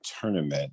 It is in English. tournament